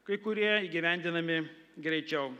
kai kurie įgyvendinami greičiau